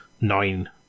nine